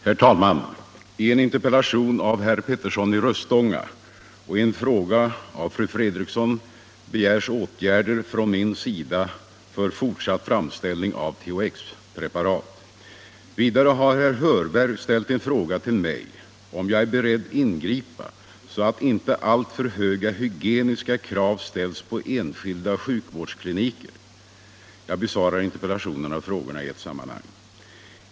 Herr talman! I en interpellation av herr Petersson i Röstånga och i en fråga av fru Fredriksson begärs åtgärder från min sida för fortsatt framställning av THX-preparat. Vidare har herr Hörberg ställt en fråga till mig om jag är beredd ingripa, så att inte alltför höga hygieniska krav ställs på enskilda sjukvårdskliniker. Jag besvarar interpellationen och frågorna i ett sammanhang.